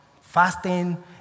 fasting